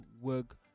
Work